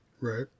Right